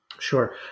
Sure